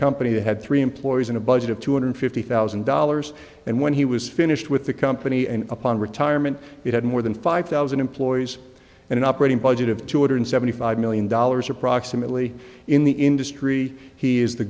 company that had three employees and a budget of two hundred fifty thousand dollars and when he was finished with the company and upon retirement it had more than five thousand employees and an operating budget of two hundred seventy five million dollars approximately in the industry he is the